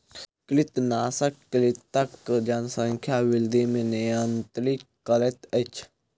कृंतकनाशक कृंतकक जनसंख्या वृद्धि के नियंत्रित करैत अछि